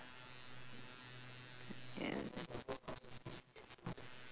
and